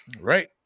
Right